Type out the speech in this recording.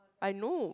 I know